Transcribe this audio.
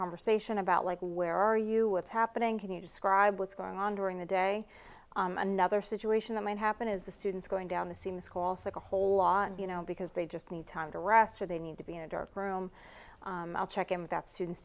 conversation about like where are you what's happening can you describe what's going on during the day another situation that might happen is the student's going down the seams calls the whole lot you know because they just need time to rest or they need to be in a dark room i'll check in with that students